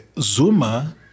Zuma